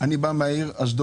אני בא מן העיר אשדוד.